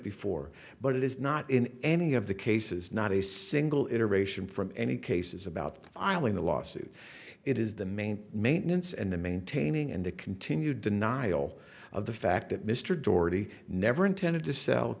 before but it is not in any of the cases not a single iteration from any cases about filing the lawsuit it is the main maintenance and the maintaining and the continued denial of the fact that mr doherty never intended to sell